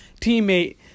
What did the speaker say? teammate